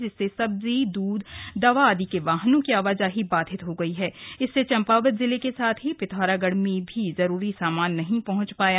जिससे सब्जी दूध दवा आदि के वाहनों का आवाजाही बाधित हो गई हण इससे चंपावत जिले के साथ ही पिथौरागढ़ में भी जरूरी सामान नहीं पहुंच पाया